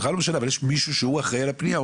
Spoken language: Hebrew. זה בכלל לא משנה אבל יש מישהו שהוא אחראי על הפנייה.